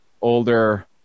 older